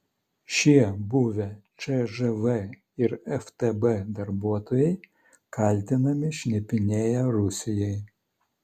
šie buvę cžv ir ftb darbuotojai kaltinami šnipinėję rusijai